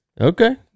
Okay